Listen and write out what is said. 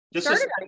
started